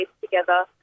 together